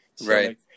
Right